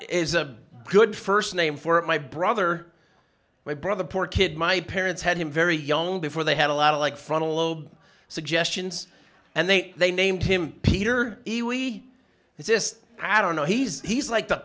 is a good first name for it my brother my brother poor kid my parents had him very young before they had a lot of like frontal lobe suggestions and then they named him peter is this i don't know he's he's like the